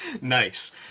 Nice